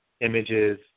images